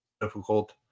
Difficult